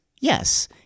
yes